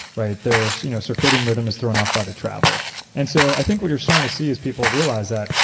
right? their you know circadian rhythm is thrown off by the travel and so i think what you're starting to see as people realize that,